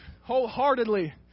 wholeheartedly